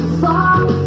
fall